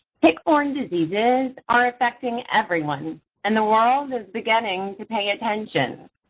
tick-borne diseases are affecting everyone and the world is beginning to pay attention.